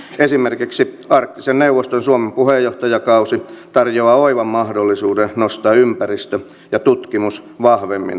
esimerkiksi arktisen neuvoston suomen puheenjohtajakausi tarjoaa oivan mahdollisuuden nostaa ympäristö ja tutkimus vahvemmin talousasioitten rinnalle